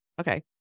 Okay